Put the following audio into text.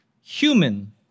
human